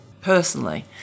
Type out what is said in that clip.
personally